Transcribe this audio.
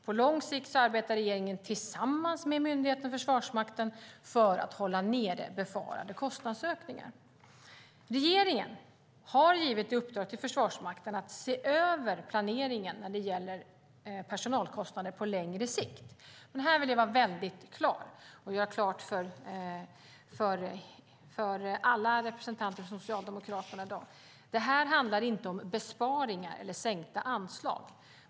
På lång sikt arbetar regeringen tillsammans med myndigheten Försvarsmakten för att hålla nere befarade kostnadsökningar. Regeringen har givit Förvarsmakten i uppdrag att se över planeringen när det gäller personalkostnader på längre sikt. Jag vill vara väldigt tydlig och göra klart för alla representanter för Socialdemokraterna i dag att det inte handlar om besparingar eller sänkta anslag.